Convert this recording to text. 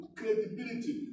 credibility